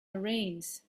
marines